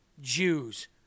Jews